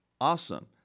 Awesome